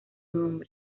nombre